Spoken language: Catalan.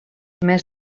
més